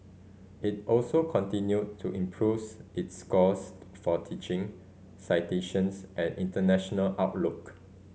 it also continued to improves its scores for teaching citations and international outlook